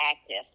active